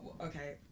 Okay